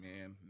man